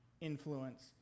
influence